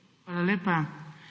Hvala lepa.